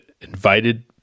invited